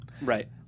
Right